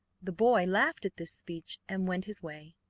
the boy laughed at this speech and went his way.